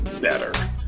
better